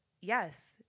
yes